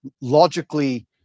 logically